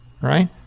Right